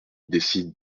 décide